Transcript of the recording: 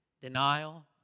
denial